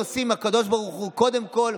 שלום עושים עם הקדוש ברוך הוא קודם כול,